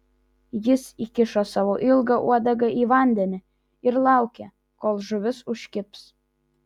jis įkišo savo ilgą uodegą į vandenį ir laukė kol žuvis užkibs